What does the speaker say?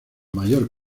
mayor